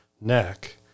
neck